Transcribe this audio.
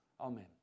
Amen